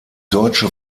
deutsche